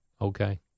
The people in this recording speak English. okay